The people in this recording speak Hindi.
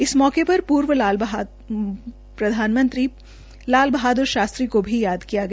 इस मौके पर पूर्व प्रधानमंत्री लाल बहाद्र शास्त्री को भी याद किया गया